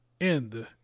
End